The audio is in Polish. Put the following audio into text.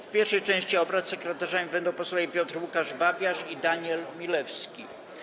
W pierwszej części obrad sekretarzami będą posłowie Piotr Łukasz Babiarz i Daniel Milewski.